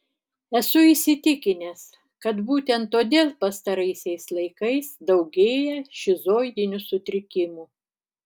esu įsitikinęs kad būtent todėl pastaraisiais laikais daugėja šizoidinių sutrikimų